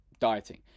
dieting